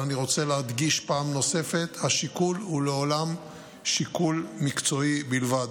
אבל אני רוצה להדגיש פעם נוספת: השיקול הוא לעולם שיקול מקצועי בלבד.